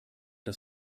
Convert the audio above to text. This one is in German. das